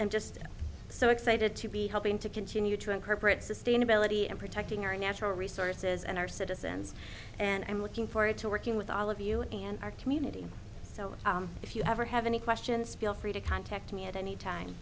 am just so excited to be helping to continue to incorporate sustainability and protecting our natural resources and our citizens and i am looking forward to working with all of you and our community so if you ever have any questions feel free to contact me at any time